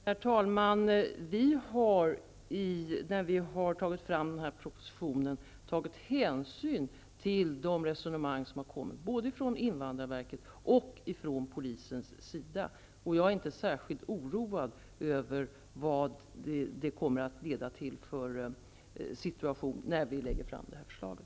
Herr talman! När vi har tagit fram den här propositionen har vi tagit hänsyn till resonemangen både från invandrarverket och polisen. Jag är inte särskilt oroad över vad det kommer att leda till för situation när vi lägger fram det här förslaget.